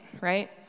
right